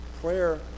Prayer